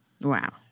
Wow